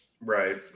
Right